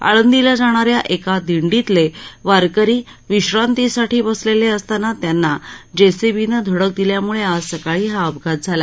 आळंदीला जाणाऱ्या एका दिंडीतले वारकरी विश्रांतीसाठी बसलेले असताना त्यांना जेसीबीनं धडक दिल्याम्ळे आज सकाळी हा अपघात झाला